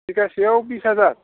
बिगासेयाव बिस हाजार